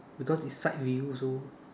because it's side view so